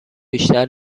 بیشتر